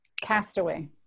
Castaway